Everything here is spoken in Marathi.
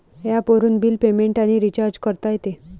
ॲपवरून बिल पेमेंट आणि रिचार्ज करता येते